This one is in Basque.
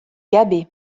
gabe